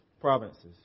provinces